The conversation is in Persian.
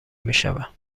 میشوند